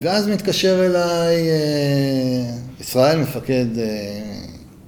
ואז מתקשר אליי... ישראל מפקד...